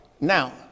Now